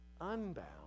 unbound